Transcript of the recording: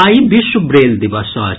आइ विश्व ब्रेल दिवस अछि